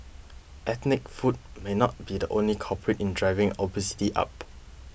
ethnic food may not be the only culprit in driving obesity up